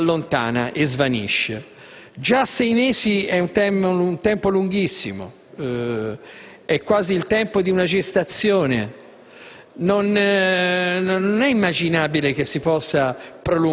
si allontana e svanisce. Già sei mesi è un tempo lunghissimo, è quasi il tempo di una gestazione: non è immaginabile che si possa